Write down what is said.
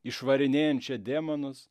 išvarinėjančią demonus